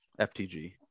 ftg